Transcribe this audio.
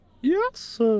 Yes